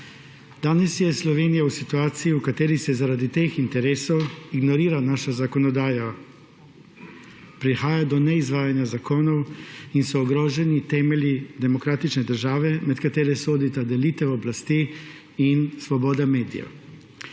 Danes je Slovenija v situaciji, v kateri se zaradi teh interesov ignorira naša zakonodaja, prihaja do neizvajanja zakonov in so ogroženi temelji demokratične države, med katere sodita delitev oblasti in svoboda medijev.